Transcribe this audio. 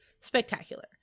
spectacular